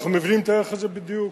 אנחנו מבינים את הערך הזה בדיוק.